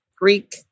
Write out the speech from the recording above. Greek